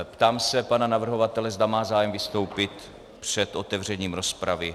Ptám se pana navrhovatele, zda má zájem vystoupit před otevřením rozpravy.